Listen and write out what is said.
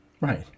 Right